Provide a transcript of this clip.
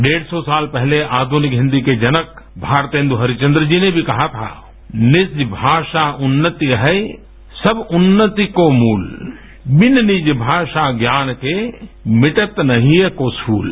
डेढ़ सौ साल पहले आध्निक हिंदी के जनक भारतेंदु हरीशचंद्र जी ने भी कहा था निज भाषा उन्नति अहै सब उन्नति को मुल बिन निज भाषा ज्ञान के मिटत न हिय को सूल